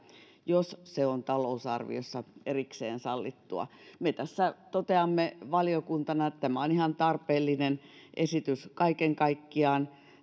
jos se on talousarviossa erikseen sallittua me tässä toteamme valiokuntana että tämä on ihan tarpeellinen esitys kaiken kaikkiaan